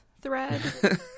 thread